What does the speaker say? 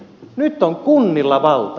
nyt on kunnilla valta